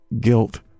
guilt